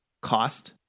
cost